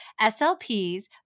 SLPs